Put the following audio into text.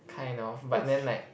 kind of but then like